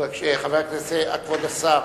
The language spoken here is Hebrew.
כבוד השר,